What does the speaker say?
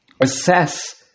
assess